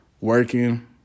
working